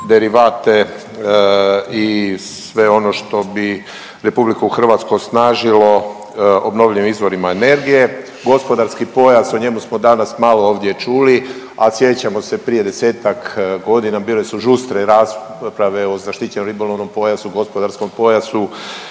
i sve ono što bi RH osnažilo obnovljivim izvorima energije, gospodarski pojas o njemu smo danas malo ovdje čuli, a sjećamo se prije 10-ak godina bile su žustre rasprave o zaštićenom ribolovnom pojasu, gospodarskom pojasu